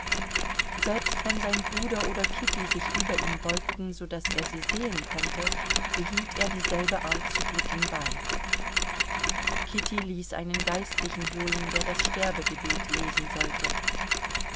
selbst wenn sein bruder oder kitty sich über ihn beugten so daß er sie sehen konnte behielt er dieselbe art zu blicken bei kitty ließ einen geistlichen holen der das sterbegebet lesen sollte